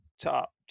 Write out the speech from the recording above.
top